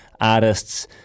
artists